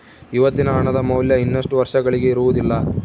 ಇವತ್ತಿನ ಹಣದ ಮೌಲ್ಯ ಇನ್ನಷ್ಟು ವರ್ಷಗಳಿಗೆ ಇರುವುದಿಲ್ಲ